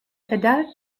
adult